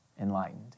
enlightened